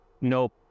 nope